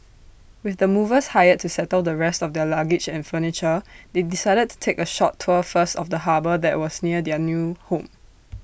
with the movers hired to settle the rest of their luggage and furniture they decided to take A short tour first of the harbour that was near their new home